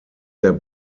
der